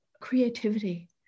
creativity